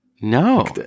No